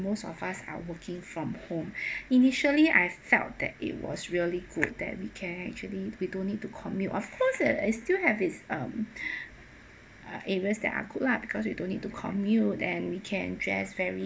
most of us are working from home initially I felt that it was really good that we can actually we don't need to commute of course that I still have is um uh areas that are good lah because you don't need to commute and we can dress very